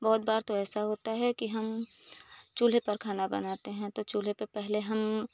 बहुत बार तो ऐसा होता है कि हम चूल्हे पर खाना बनाते हैं तो चूल्हे पर पहले हम